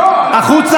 קרעי, ראשונה.